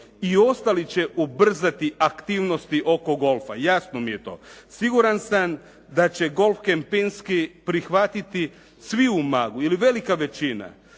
i ostali će ubrzati aktivnosti oko golfa, jasno mi je to. Siguran sam da će Golf "Kempinski" prihvatiti svi u Umagu ili velika većina.